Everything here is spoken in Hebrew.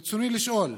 רצוני לשאול: